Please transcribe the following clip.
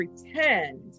pretend